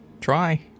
try